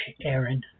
Aaron